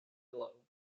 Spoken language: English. below